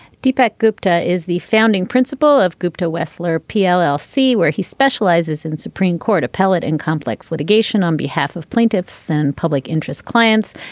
deepak gupta is the founding principle of gupta wessler pll sea where he specializes in supreme court appellate and complex litigation on behalf of plaintiffs and public interest clients.